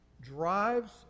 drives